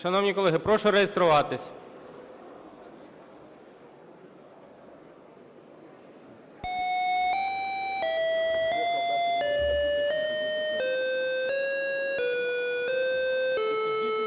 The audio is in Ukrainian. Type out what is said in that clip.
Шановні колеги, прошу реєструватись.